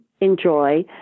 enjoy